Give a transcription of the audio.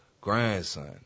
grandson